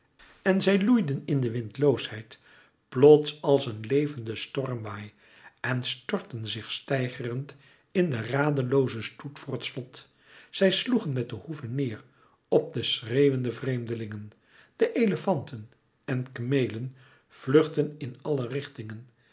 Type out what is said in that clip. en zij loeiden in de windloosheid plots als een levende stormwaai en stortten zich steigerend in den radeloozen stoet voor het slot zij sloegen met de hoeven neêr op de schreeuwende vreemdelingen de elefanten en kemelen vluchtten in alle richtingen